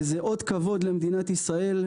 זה אות כבוד למדינת ישראל,